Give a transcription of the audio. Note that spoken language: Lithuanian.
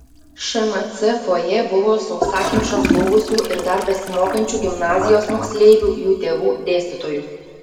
šmc fojė buvo sausakimšas buvusių ir dar besimokančių gimnazijos moksleivių jų tėvų dėstytojų